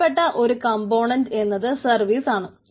പ്രധാനപ്പെട്ട ഒരു കംപോണന്റ് എന്നത് സർവ്വീസ് ആണ്